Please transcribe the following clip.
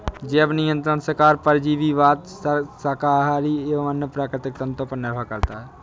जैव नियंत्रण शिकार परजीवीवाद शाकाहारी या अन्य प्राकृतिक तंत्रों पर निर्भर करता है